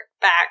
back